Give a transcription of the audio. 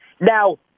Now